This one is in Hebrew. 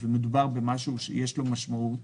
ומדובר בדבר שיש לו משמעות,